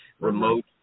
remote